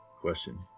question